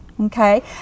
okay